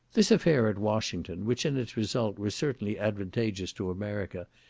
this affair at washington, which in its result was certainly advantageous to america,